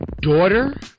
daughter